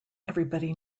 everybody